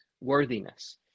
worthiness